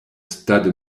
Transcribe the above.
stade